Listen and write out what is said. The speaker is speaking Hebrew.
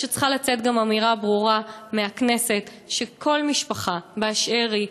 אלא שצריכה לצאת גם אמירה ברורה מהכנסת שכל משפחה באשר היא,